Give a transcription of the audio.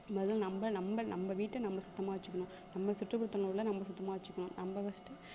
முதல்ல நம்ப நம்ப நம்ப வீட்டை நம்ப சுத்தமாக வச்சுக்கணும் நம்ப சுற்றுப்புறத்தில் உள்ள நம்ப சுத்தமாக வச்சுக்கணும் நம்ப ஃபர்ஸ்ட்டு